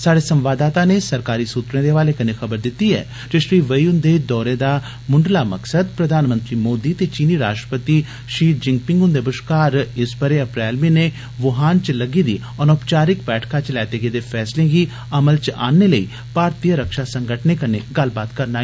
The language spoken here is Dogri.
स्हाड़े संवाददाता नै सरकारी सूत्रे दे हवाले कन्नै खबर दिती ऐ जे श्री वेई हुन्दे दौरे मुंडला मकसद प्रधानमंत्री मोदी ते चीनी राष्ट्रपति शि जिपिंग हुन्दे बश्कार इस बरे अर्प्रैल म्हीने वुहान च लग्गी दी अनोपचारिक बैठका च लैते गेदे फैसलें गी अमल च आनने लेई भारतीय रक्षा संगठने कन्नै गल्लबात करना ऐ